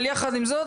אבל יחד עם זאת,